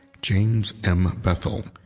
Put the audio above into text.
james m. bethel,